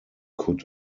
could